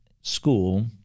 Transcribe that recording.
school